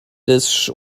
des